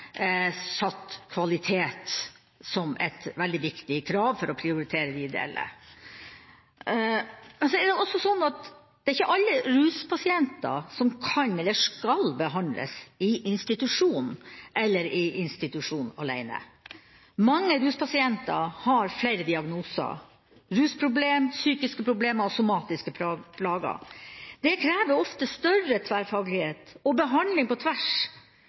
satt kvalitet som et veldig viktig krav for å prioritere de ideelle. Ikke alle ruspasienter kan eller skal behandles i institusjon eller i institusjon alene. Mange ruspasienter har flere diagnoser – rusproblemer, psykiske problemer og somatiske plager. Det krever ofte større tverrfaglighet og behandling på tvers